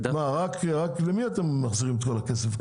למי אתם מחזירים את הכסף?